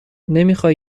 نمیخای